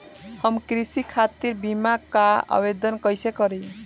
हम कृषि खातिर बीमा क आवेदन कइसे करि?